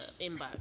inbox